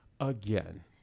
Again